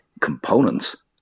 components